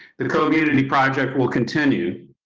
and co get any project will continue,